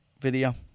video